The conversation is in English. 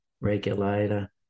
regulator